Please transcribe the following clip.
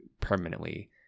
permanently